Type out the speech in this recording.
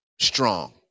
strong